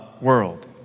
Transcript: World